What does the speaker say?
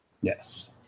Yes